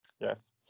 yes